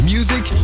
Music